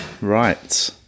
Right